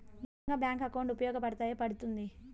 ఏ విధంగా bank account ఉపయోగపడతాయి పడ్తుంది